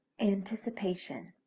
Anticipation